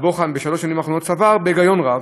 המבחן בשלוש השנים האחרונות, סבר, בהיגיון רב,